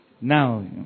Now